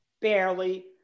Barely